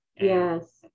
Yes